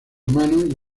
gran